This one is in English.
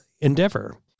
endeavor